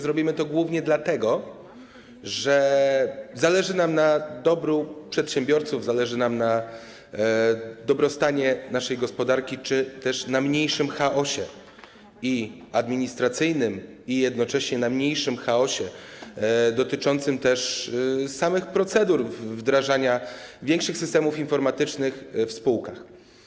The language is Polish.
Zrobimy to głównie dlatego, że zależy nam na dobru przedsiębiorców, zależy nam na dobrostanie naszej gospodarki czy też na zmniejszeniu chaosu administracyjnego i jednocześnie na zmniejszeniu chaosu dotyczącego też samych procedur wdrażania większych systemów informatycznych w spółkach.